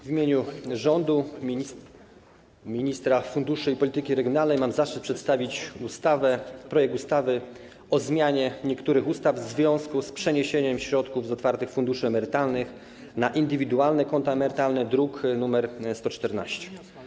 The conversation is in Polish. W imieniu rządu, ministra funduszy i polityki regionalnej mam zaszczyt przedstawić projekt ustawy o zmianie niektórych ustaw w związku z przeniesieniem środków z otwartych funduszy emerytalnych na indywidualne konta emerytalne, druk nr 114.